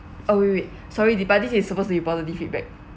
oh wait wait sorry the is supposed to be positive feedback